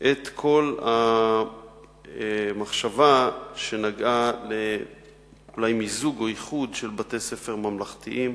את כל המחשבה שנגעה אולי למיזוג או איחוד של בתי-ספר ממלכתיים,